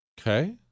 Okay